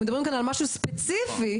כך הנשים יכולות לשמר ביציות.